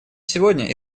сегодня